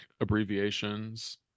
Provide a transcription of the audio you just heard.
abbreviations